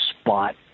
spot